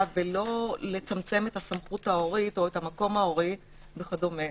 ולא לצמצם את הסמכות ההורית או את המקום ההורי וכדומה.